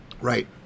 Right